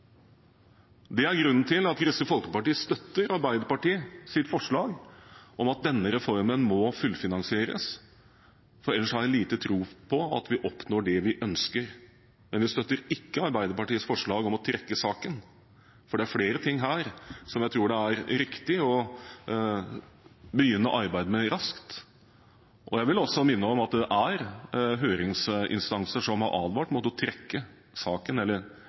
Det er grunnen til at Kristelig Folkeparti støtter Arbeiderpartiets forslag om at denne reformen må fullfinansieres. Ellers har jeg liten tro på at vi oppnår det vi ønsker. Men vi støtter ikke Arbeiderpartiets forslag om å trekke saken, for det er flere ting her som jeg tror det er riktig å begynne arbeidet med raskt. Jeg vil også minne om at det er høringsinstanser som har advart mot å trekke saken, eller